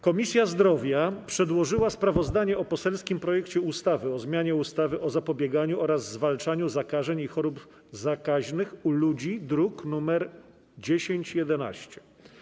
Komisja Zdrowia przedłożyła sprawozdanie o poselskim projekcie ustawy o zmianie ustawy o zapobieganiu oraz zwalczaniu zakażeń i chorób zakaźnych u ludzi, druk nr 1011.